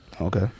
Okay